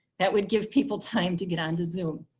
that would give people time to get onto zoom.